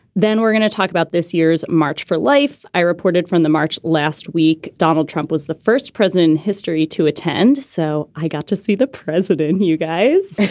then we're gonna talk about this year's march for life. i reported from the march. last week, donald trump was the first president in history to attend. so i got to see the president. you guys.